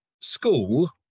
school